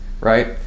right